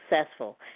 successful